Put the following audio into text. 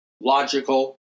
logical